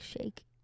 shake